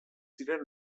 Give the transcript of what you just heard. ziren